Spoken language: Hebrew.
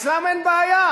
אצלם אין בעיה,